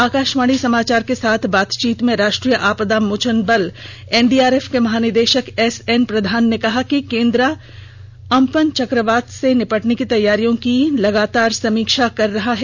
आकाशवाणी समाचार के साथ बातचीत में राष्ट्रीय आपदा मोचन बल के महानिदेशक एस एन प्रधान ने कहा कि केन द्र अम्पबन च क्रवात से निपटने की तैयारियों की लगातार समीक्षा कर रहा है